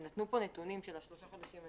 נתנו פה נתונים על שלושה חודשים.